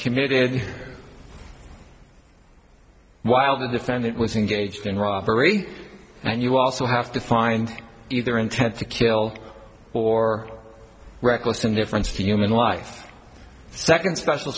committed while the defendant was engaged in robbery and you also have to find either intent to kill or reckless indifference to human life second special